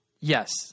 yes